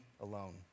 alone